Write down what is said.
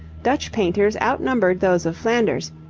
dutch painters outnumbered those of flanders,